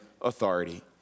authority